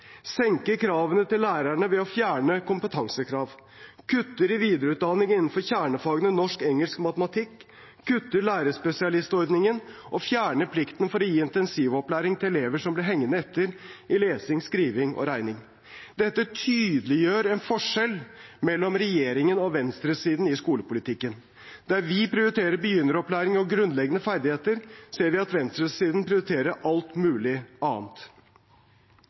kravene til lærerne ved å fjerne kompetansekrav kutter i videreutdanning innen kjernefagene norsk, engelsk og matematikk kutter lærerspesialistordningen fjerner plikten til å gi intensivopplæring til elever som blir hengende etter i lesing, skriving og regning Dette tydeliggjør en forskjell mellom regjeringen og venstresiden i skolepolitikken. Der vi prioriterer begynneropplæring og grunnleggende ferdigheter, ser vi at venstresiden prioriterer alt mulig annet.